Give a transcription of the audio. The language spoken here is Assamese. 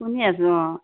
শুনি আছো অঁ